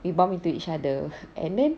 we bump into each other and then